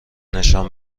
نشان